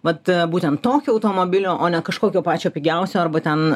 vat būtent tokio automobilio o ne kažkokio pačio pigiausio arba ten